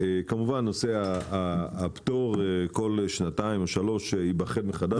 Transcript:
כמובן שנושא הפטור כל שנתיים או שלוש ייבחן מחדש.